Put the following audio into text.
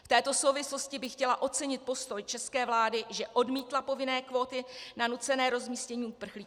V této souvislosti bych chtěla ocenit postoj české vlády, že odmítla povinné kvóty na nucené rozmístění uprchlíků.